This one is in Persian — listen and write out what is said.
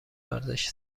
ورزش